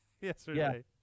yesterday